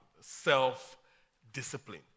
self-discipline